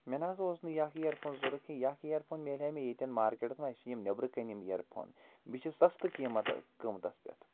مےٚ نَہ حظ اوس نہٕ یہِ اَکھ اِیرفون ضروٗرت کیٚنٛہہ یہِ اَکھ ایرفون میلہِ ہا مےٚ ییٚتین مارکیٚٹس منٛز اسہِ چھِ یِم نیٚبرَٕکنہِ یِم اِیرفون بیٚیہِ چھِ سَستہٕ قیٖمَت قۭمتَس پٮ۪ٹھ